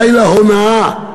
די להונאה,